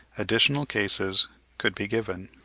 additional cases could be given.